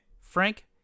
Frank